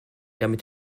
damit